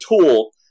tool